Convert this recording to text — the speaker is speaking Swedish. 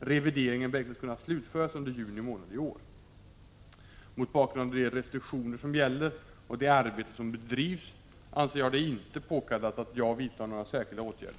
Revideringen beräknas kunna slutföras under juni månad i år. Mot bakgrund av de restriktioner som gäller och det arbete som bedrivs anser jag det inte påkallat att jag vidtar några särskilda åtgärder.